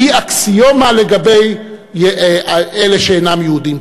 והיא אקסיומה לגבי אלה שאינם יהודים,